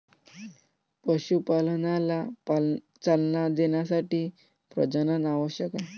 पशुपालनाला चालना देण्यासाठी प्रजनन आवश्यक आहे